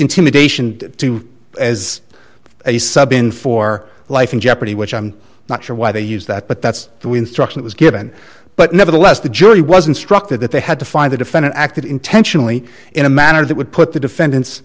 intimidation to the is a sub in for life in jeopardy which i'm not sure why they use that but that's the instruction was given but nevertheless the jury was instructed that they had to find the defendant acted intentionally in a manner that would put the defendant's